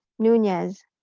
nunez,